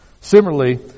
Similarly